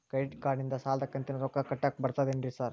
Credit ಕಾರ್ಡನಿಂದ ಸಾಲದ ಕಂತಿನ ರೊಕ್ಕಾ ಕಟ್ಟಾಕ್ ಬರ್ತಾದೇನ್ರಿ ಸಾರ್?